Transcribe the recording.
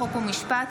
חוק ומשפט,